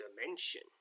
dimension